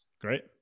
Great